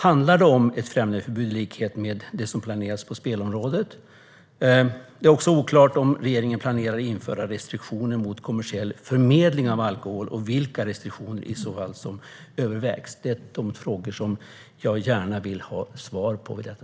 Kan det handla om ett främjandeförbud i likhet med det som planeras på spelområdet? Det är också oklart om regeringen planerar att införa restriktioner mot kommersiell förmedling av alkohol och vilka restriktioner som i så fall övervägs. Jag vill gärna ha ett svar på detta.